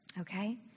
Okay